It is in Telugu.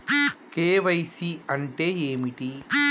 కే.వై.సీ అంటే ఏమిటి?